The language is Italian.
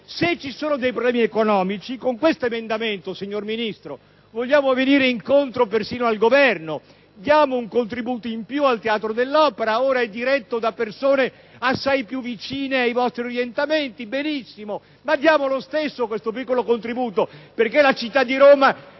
se ci sono dei premi economici (con questo emendamento, signor Ministro, vogliamo venire incontro persino al Governo), diciamo un contributo in più al Teatro dell'Opera di Roma. Ora è diretto da persone assai più vicine ai vostri orientamenti, benissimo, ma diamo lo stesso questo piccolo contributo perché la città di Roma